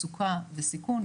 מצוקה וסיכון,